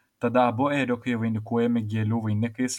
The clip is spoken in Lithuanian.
tada abu ėriukai vainikuojami gėlių vainikais